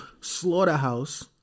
Slaughterhouse